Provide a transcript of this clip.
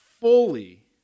fully